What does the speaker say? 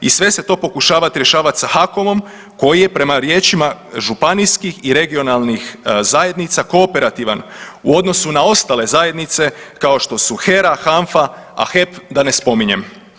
I sve se to pokušava rješavati sa HAKOM-om koji je prema riječima županijskih i regionalnih zajednica kooperativan u odnosu na ostale zajednice kao što su HERA, HANFA, a HEP da ne spominjem.